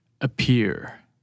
appear